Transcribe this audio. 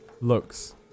looks